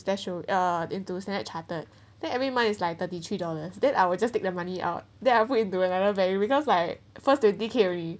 special uh into standard chartered then every month is like thirty three dollars then I will just take the money out then I'll put into another bank because like first twenty K already